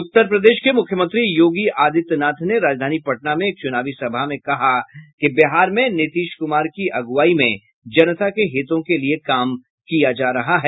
उत्तर प्रदेश के मुख्यमंत्री योगी आदित्यनाथ ने राजधानी पटना में एक चुनावी सभा में कहा कि बिहार में नीतीश कुमार की अगुवाई में जनता के हितों के लिए काम किया जा रहा है